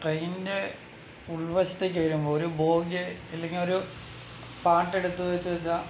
ട്രെയിനിൻ്റെ ഉൾവശത്തേക്ക് വരുമ്പോൾ ഒരു ബോഗി അല്ലെങ്കിൽ ഒരു പാർട്ട് എടുത്ത് വെച്ചുവെച്ചാൽ